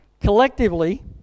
Collectively